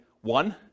one